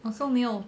oh so 没有